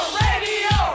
radio